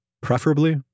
preferably